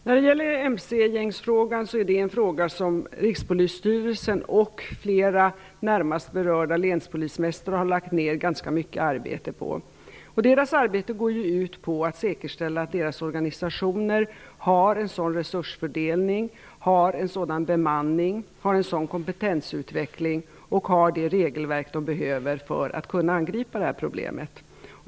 Herr talman! MC-gängsfrågan är en fråga som Rikspolisstyrelsen och flera närmast berörda länspolismästare har lagt ned ganska mycket arbete på. Deras arbete går ut på att säkerställa att deras organisationer har en sådan resursfördelning, bemanning och kompetensutveckling samt det regelverk de behöver för att kunna angripa problemet.